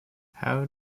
how